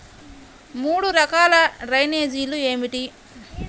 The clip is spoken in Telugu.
మూడు రకాల డ్రైనేజీలు ఏమిటి?